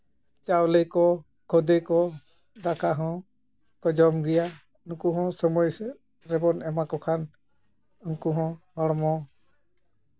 ᱪᱟᱣᱞᱮ ᱠᱚ ᱠᱷᱳᱫᱮ ᱠᱚ ᱫᱟᱠᱟ ᱦᱚᱸ ᱠᱚ ᱡᱚᱢ ᱜᱮᱭᱟ ᱱᱩᱠᱩ ᱦᱚᱸ ᱥᱚᱢᱚᱭ ᱥᱚᱢᱚᱭ ᱨᱮᱵᱚᱱ ᱮᱢᱟ ᱠᱚ ᱠᱷᱟᱱ ᱩᱱᱠᱩ ᱦᱚᱸ ᱦᱚᱲᱢᱚ